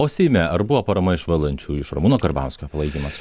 o seime ar buvo parama iš valdančiųjų iš ramūno karbauskio palaikymas